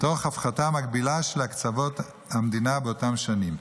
תוך הפחתה מקבילה של הקצבות המדינה באותן שנים.